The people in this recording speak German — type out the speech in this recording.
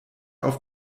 auf